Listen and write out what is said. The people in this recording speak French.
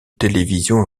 télévision